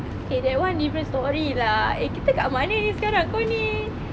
eh that one different story lah eh kita kat mana ni sekarang kau ni